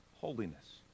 holiness